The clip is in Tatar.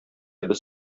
без